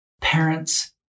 parents